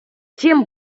чим